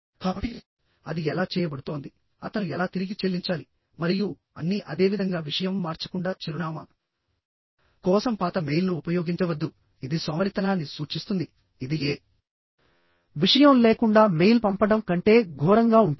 కాబట్టి అది ఎలా చేయబడుతోంది అతను ఎలా తిరిగి చెల్లించాలి మరియు అన్నీ అదేవిధంగా విషయం మార్చకుండా చిరునామా కోసం పాత మెయిల్ను ఉపయోగించవద్దు ఇది సోమరితనాన్ని సూచిస్తుంది ఇది ఏ విషయం లేకుండా మెయిల్ పంపడం కంటే ఘోరంగా ఉంటుంది